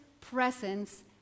presence